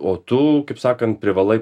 o tu kaip sakant privalai